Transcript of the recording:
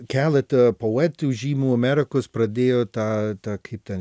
keleta poetų žymių amerikos pradėjo tą tą kaip ten